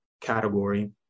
category